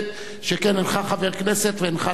שכן אינך חבר כנסת ואינך שר,